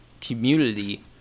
community